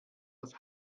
das